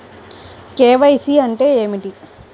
KYC అంటే ఏమి?